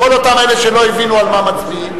כל אותם אלה שלא הבינו על מה מצביעים.